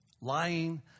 lying